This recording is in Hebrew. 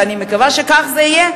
ואני מקווה שכך זה יהיה,